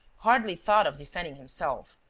hardly thought of defending himself.